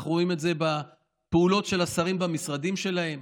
אנחנו רואים את זה בפעולות של השרים במשרדים שלהם